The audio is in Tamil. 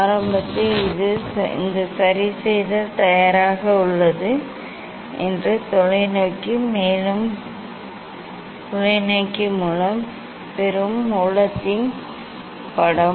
ஆரம்பத்தில் இந்த சரிசெய்தல் தயாராக உள்ளது என்று தொலைநோக்கி மூலம் பெறும் மூலத்தின் படம்